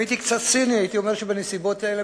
אם הייתי קצת ציני הייתי אומר שבנסיבות האלה